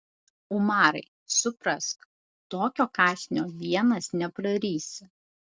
umarai suprask tokio kąsnio vienas neprarysi